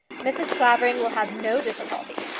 mrs. clavering will have no difficulty.